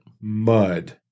Mud